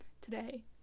today